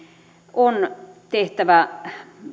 on tehtävä